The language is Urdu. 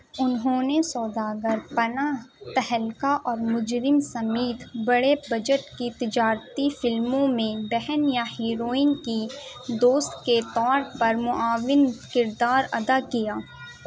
انہوں نے سوداگر پناہ تہلکہ اور مجرم سمیت بڑے بجٹ کی تجارتی فلموں میں بہن یا ہیروئن کی دوست کے طور پر معاون کردار ادا کیا